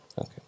Okay